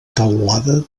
teulada